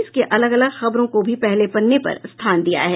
इसके अलग अलग खबरों को भी पहले पन्नों पर स्थान दिया है